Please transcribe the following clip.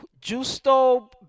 Justo